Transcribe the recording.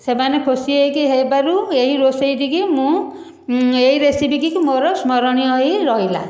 ସେମାନେ ଖୁସି ହୋଇକି ହେବାରୁ ଏହି ରୋଷେଇଟିକି ମୁଁ ଏହି ରେସିପି ଟି ମୋର ସ୍ମରଣୀୟ ହୋଇରହିଲା